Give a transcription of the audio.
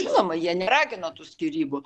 žinoma jie neragino skyrybų